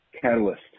Catalyst